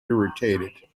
irritated